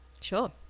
sure